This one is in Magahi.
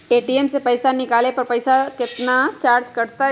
ए.टी.एम से पईसा निकाले पर पईसा केतना चार्ज कटतई?